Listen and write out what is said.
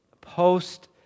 post